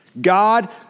God